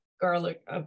garlic